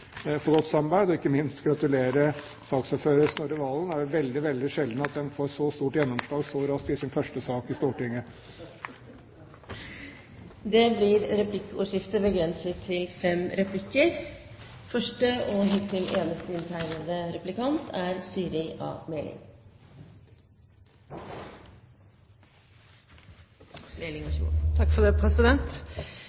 for godt samarbeid og ikke minst gratulere saksordføreren, Snorre Valen. Det er veldig, veldig sjelden en får så stort gjennomslag så raskt i ens første sak i Stortinget. Det blir replikkordskifte. Statsråden har understreket behovet for konkurransehensyn, men også hensynet til dette avfallshierarkiet og en best mulig helhetlig forvaltning. Én ting er